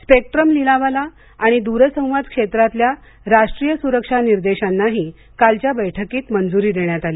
spectrum लिलावाला आणि दूरसंवाद क्षेत्रातल्या राष्ट्रीय सुरक्षा निर्देशांनाही कालच्या बैठकीत मंजुरी देण्यात आली